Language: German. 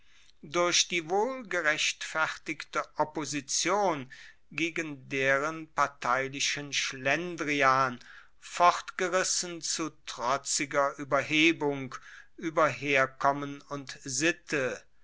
durch die wohl gerechtfertigte opposition gegen deren parteilichen schlendrian fortgerissen zu trotziger ueberhebung ueber herkommen und sitte